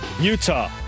Utah